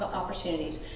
opportunities